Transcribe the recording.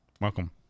welcome